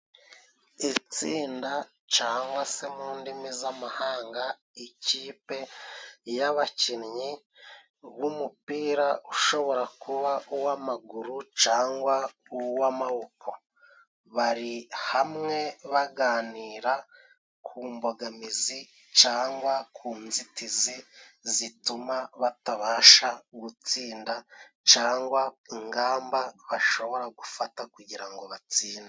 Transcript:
Itsinda cangwa se mu indimi z'amahanga ikipe y'abakinnyi b'umupira ushobora kuba uw'amaguru cangwa uw'amaboko bari hamwe, baganira ku mbogamizi cangwa ku nzitizi zituma batabasha gutsinda cangwa ingamba bashobora gufata kugira ngo batsinde.